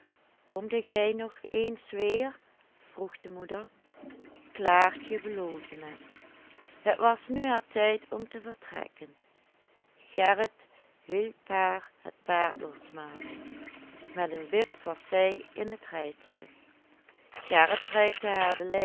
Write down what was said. komde gij nog eens weer vroeg de moeder klaaktje beloofde het het was nu haar tijd om te vertrekken gerit hielp haar het paard losmaken met een wip was zij in het rijtuig